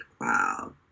wow